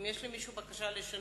אם יש למישהו בקשה לשנות,